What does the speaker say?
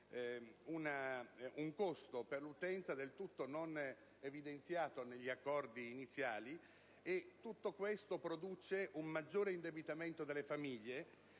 un costo per l'utenza non evidenziato negli accordi iniziali. Tutto ciò produce un maggior indebitamento delle famiglie,